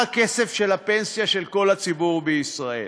הכסף של הפנסיה של כל הציבור בישראל.